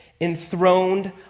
enthroned